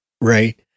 right